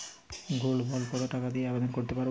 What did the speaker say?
Gold bond কত টাকা দিয়ে আবেদন করতে পারবো?